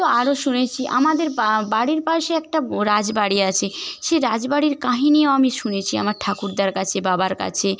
তো আরও শুনেছি আমাদের বা বাড়ির পাশে একটা রাজবাড়ি আছে সেই রাজবাড়ির কাহিনিও আমি শুনেছি আমার ঠাকুরদার কাছে বাবার কাছে